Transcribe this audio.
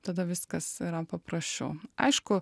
tada viskas yra paprasčiau aišku